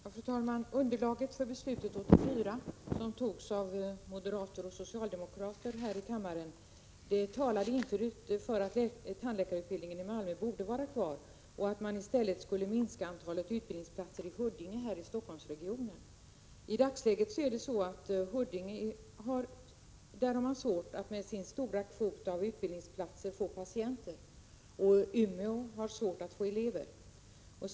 Fru talman! Underlaget för det beslut som år 1984 fattades av socialdemokrater och moderater i denna kammare talade entydigt för att tandläkarutbildningen i Malmö borde vara kvar och att man i stället skulle minska antalet utbildningsplatser i Huddinge här i Stockholmsregionen. I dagsläget har högskolan i Huddinge, med sin stora kvot av utbildningsplatser, svårt att få patienter. Vid högskolan i Umeå har man svårt att få elever.